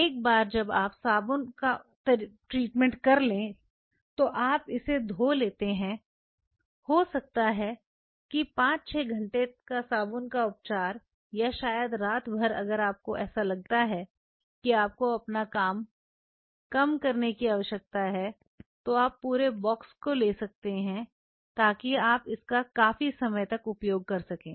एक बार जब आप साबुन उपचार कर लेते हैं तो आप इसे धो लेते हैं हो सकता है कि 5 6 घंटे का साबुन का उपचार या शायद रात भर अगर आपको ऐसा लगता है कि आपको अपना काम कम करने की आवश्यकता है तो आप पूरे बॉक्स का ले सकते हैं ताकि आप इसका काफी समय उपयोग कर सकें